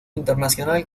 internacional